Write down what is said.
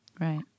Right